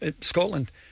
Scotland